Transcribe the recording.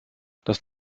das